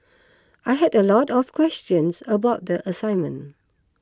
I had a lot of questions about the assignment